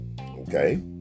okay